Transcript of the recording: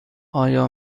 آیا